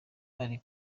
arimo